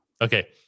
Okay